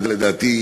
לדעתי,